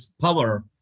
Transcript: power